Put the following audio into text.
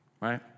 Right